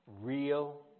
real